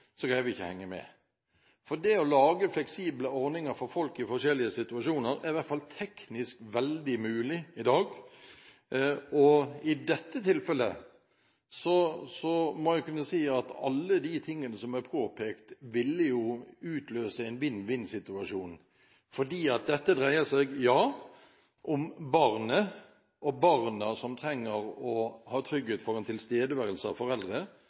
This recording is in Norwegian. vi ikke å henge med. Det å lage fleksible ordninger for folk i forskjellige situasjoner er i hvert fall teknisk svært mulig i dag. I dette tilfellet må en kunne si at alle de tingene som er påpekt, ville utløse en vinn-vinn-situasjon, for dette dreier seg ja, om barna som trenger å ha trygghet for en tilstedeværelse av foreldre,